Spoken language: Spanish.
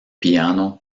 piano